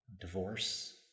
divorce